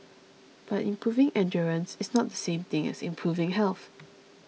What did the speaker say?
but improving endurance is not the same thing as improving health